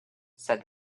said